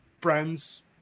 friends